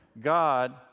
God